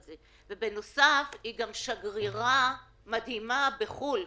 בנוסף, היא גם שגרירה מדהימה בחו"ל.